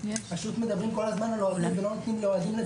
זה פשוט לא יכול להיות שאוהד מורחק ממגרש לשבועיים,